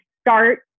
start